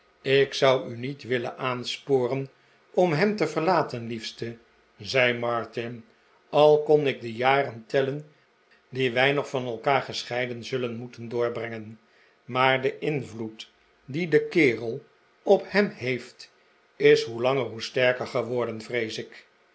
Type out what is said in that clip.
ik zou u niet willen aansporen om hem te verlaten liefste zei martin al kon ik de jaren tellen die wij nog van elkaar gescheiden zullen moeten doorbrengen maar de invloed dien de kerel op hem heeft is hoe langer hoe sterker geworden vrees ik